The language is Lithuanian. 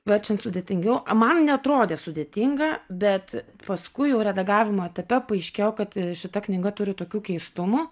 verčiant sudėtingiau man neatrodė sudėtinga bet paskui jau redagavimo etape paaiškėjo kad šita knyga turi tokių keistumų